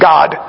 God